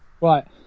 Right